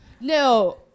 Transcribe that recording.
No